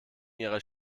ihrer